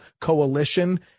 Coalition